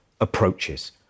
approaches